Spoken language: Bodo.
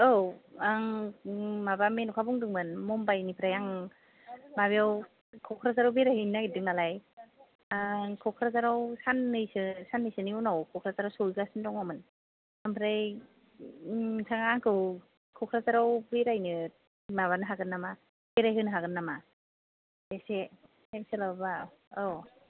औ आं माबा मेन'खा बुंदोंमोन मुमबाइ निफ्राय आङो माबायाव क'क्राझाराव बेरायहैनो नागिरदों नालाय आं क'क्राझाराव साननैसो साननैसोनि उनाव क'क्राझाराव सहैगासिनो दङमोन ओमफ्राय नोंथां आंखौ क'क्राझाराव बेरायनो माबानो हागोन नामा बेरायहोनो हागोन नामा इसे थाइम सोलाबबा औ